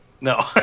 No